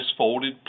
misfolded